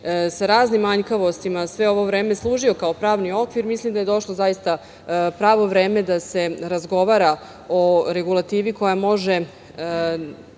sa raznim manjkavostima sve ovo vreme služio kao pravni okvir. Mislim da je došlo pravo vreme da se razgovara o regulativi koja može